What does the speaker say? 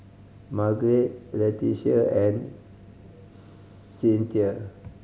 Margeret Leticia and Cynthia